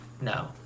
No